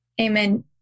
Amen